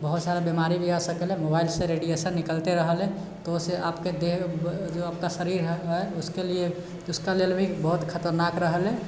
बहुत सारा बिमारी भी आ सकल है मोबाइलसँ रेडियेशन निकलते रहल है तऽ ओहिसँ जो आपके देह आपका शरीर है उसके लिए उसके लेल भी बहुत खतरनाक रहले